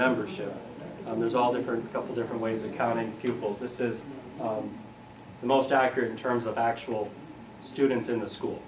membership there's all different couple different ways of counting pupils this is the most accurate in terms of actual students in the school